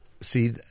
See